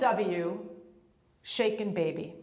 w shaken baby